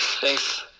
thanks